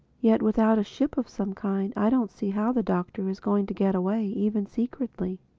yet without a ship of some kind i don't see how the doctor is going to get away, even secretly.